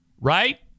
Right